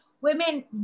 women